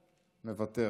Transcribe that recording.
מוותר.